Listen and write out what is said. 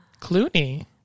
Clooney